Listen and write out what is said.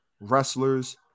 wrestlers